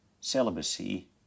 celibacy